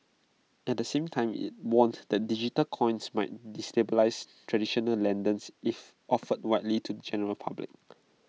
at the same time IT warned that digital coins might destabilise traditional lenders if offered widely to the general public